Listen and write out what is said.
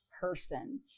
person